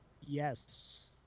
Yes